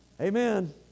Amen